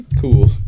cool